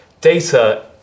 data